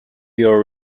your